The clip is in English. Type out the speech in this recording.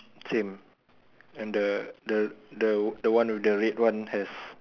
same and the the the the one with the red one has